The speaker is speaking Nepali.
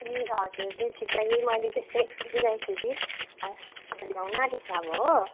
ए हजुर त्यही ठिक्क मैले त्यस्तै सोचिरहेको थिएँ कि बर्थडे आउन आँटेको छ अब हो